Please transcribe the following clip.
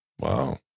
Wow